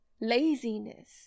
laziness